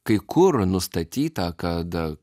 kai kur nustatyta kad